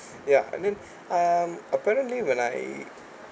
ya and then um apparently when I